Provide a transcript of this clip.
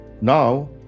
Now